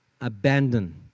abandon